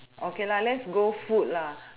okay lah let's go food lah